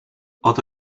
oto